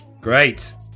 Great